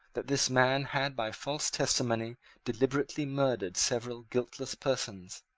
that this man had by false testimony deliberately murdered several guiltless persons.